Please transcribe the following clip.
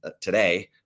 today